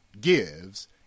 gives